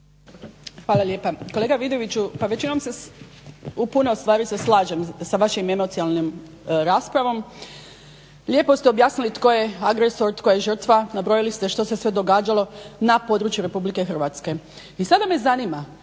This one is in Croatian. Hvala lijepa. Kolega Vidoviću pa većinom u puno stvari se slažem s vašom emocionalnom raspravom. Lijepo ste objasnili tko je agresor, tko je žrtva, nabrojili ste što se sve događalo na području RH. i sada me zanima